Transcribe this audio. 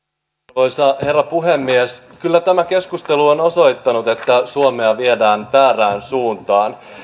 arvoisa herra puhemies kyllä tämä keskustelu on osoittanut että suomea viedään väärään suuntaan